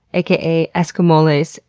aka escamoles,